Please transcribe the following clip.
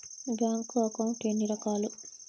bank account ఎన్ని రకాలు